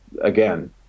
Again